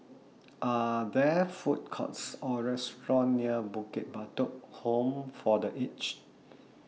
Are There Food Courts Or Restaurant near Bukit Batok Home For The Aged